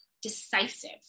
decisive